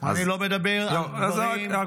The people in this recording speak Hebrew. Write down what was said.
--- אני לא מדבר על דברים --- רק אומר,